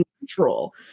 neutral